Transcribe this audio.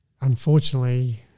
unfortunately